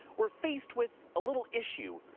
we're faced with a little issue.